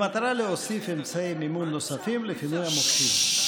במטרה להוסיף אמצעי מימון נוספים לפינוי המוקשים.